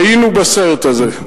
היינו בסרט הזה,